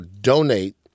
donate